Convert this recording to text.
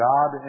God